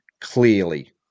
clearly